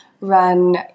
run